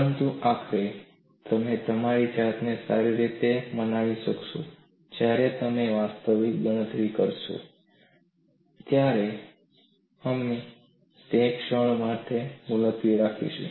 પરંતુ આખરે તમે તમારી જાતને સારી રીતે મનાવી શકશો જ્યારે તમે વાસ્તવિક ગણતરી કરશો ત્યારે અમે તેને ક્ષણ માટે મુલતવી રાખીશું